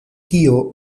kio